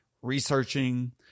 researching